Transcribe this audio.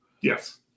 Yes